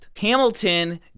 Hamilton